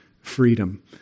freedom